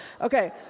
Okay